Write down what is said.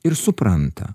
ir supranta